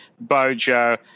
Bojo